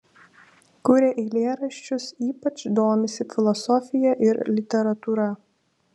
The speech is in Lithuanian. kuria eilėraščius ypač domisi filosofija ir literatūra